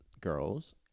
girls